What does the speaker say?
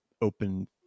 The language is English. open